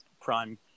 prime